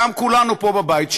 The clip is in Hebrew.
וגם כולנו פה בבית,